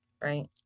right